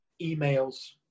emails